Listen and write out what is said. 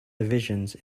divisions